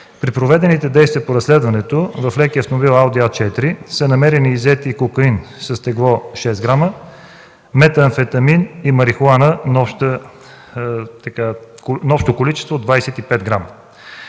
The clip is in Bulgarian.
При проведените действия по разследването в лекия автомобил „Ауди А4” са намерени и взети кокаин с тегло 6 г, метамфетамин и марихуана на общо количество 25 г.